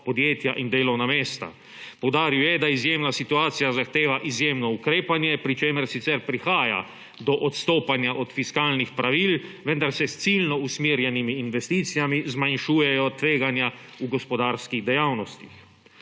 podjetja in delovna mesta. Poudaril je, da izjemna situacija zahteva izjemno ukrepanje, pri čemer sicer prihaja do odstopanja od fiskalnih pravil, vendar se s ciljno usmerjenimi investicijami zmanjšujejo tveganja v gospodarskih dejavnostih.